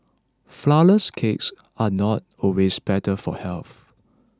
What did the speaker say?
Flourless Cakes are not always better for health